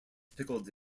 pickled